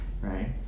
right